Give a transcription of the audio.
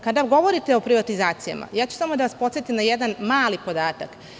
Kada nam govorite o privatizacijama, samo ću da vas podsetim na jedan mali podatak.